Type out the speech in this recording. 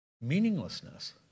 meaninglessness